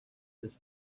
his